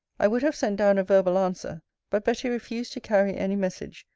i would have sent down a verbal answer but betty refused to carry any message,